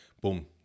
boom